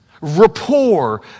Rapport